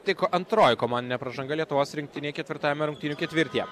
tai ko antroji komandinė pražanga lietuvos rinktinei ketvirtajame rungtynių ketvirtyje